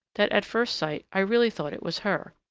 that, at first sight, i really thought it was her